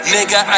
Nigga